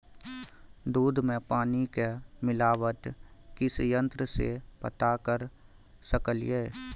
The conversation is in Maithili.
दूध में पानी के मिलावट किस यंत्र से पता कर सकलिए?